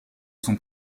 son